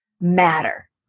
matter